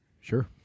Sure